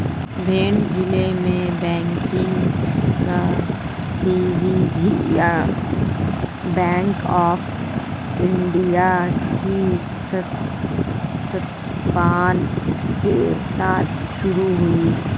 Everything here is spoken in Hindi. भिंड जिले में बैंकिंग गतिविधियां बैंक ऑफ़ इंडिया की स्थापना के साथ शुरू हुई